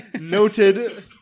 Noted